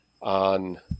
on